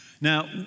Now